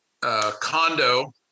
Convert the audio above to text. condo